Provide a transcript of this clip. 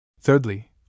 Thirdly